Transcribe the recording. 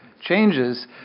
changes